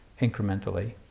incrementally